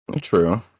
True